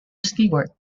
stewart